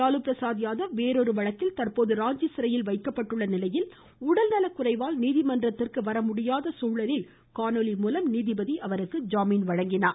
லாலுபிரசாத் யாதவ் வேறொரு வழக்கில் தற்போது ராஞ்சி சிறையில் வைக்கப்பட்டுள்ள நிலையில் உடல்நலக்குறைவால் நீதிமன்றத்திற்கு வரமுடியாத நிலையில் காணொலி மூலம் நீதிபதி அவருக்கு ஜாமீன் வழங்கினார்